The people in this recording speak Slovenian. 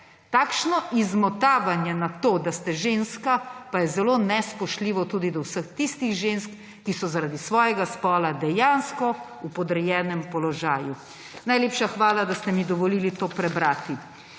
Takšno izmotavanje na to, da ste ženska, je pa zelo nespoštljivo tudi do vseh tistih žensk, ki so zaradi svojega spola dejansko v podrejenem položaju.« Najlepša hvala, da ste mi dovolili to prebrati.